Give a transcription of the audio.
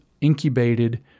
incubated